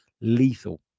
lethal